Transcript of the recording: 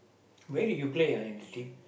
where did you play ah in the team